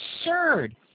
absurd